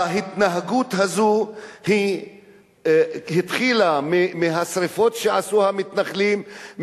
ההתנהגות הזו התחילה מהשרפות שעשו המתנחלים,